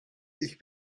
ich